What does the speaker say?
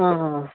ఆహా